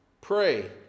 Pray